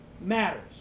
matters